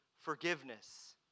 forgiveness